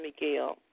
Miguel